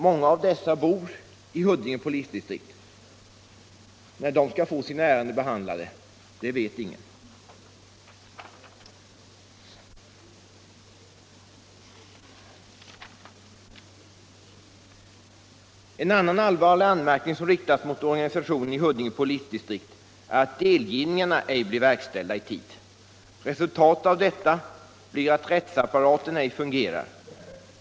Många av dessa bor i Huddinge polisdistrikt. När de skall få sina ärenden behandlade vet ingen. En annan allvarlig anmärkning som riktas mot organisationen i Huddinge polisdistrikt är att delgivningarna ej blir verkställda i tid. Resultatet av detta blir att rättsapparaten ej fungerar.